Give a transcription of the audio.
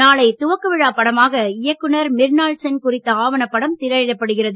நாளை துவக்க விழா இயக்குநர் மிர்னால்சென் படமாக குறித்த ஆவணப்படம் திரையிடப்படுகிறது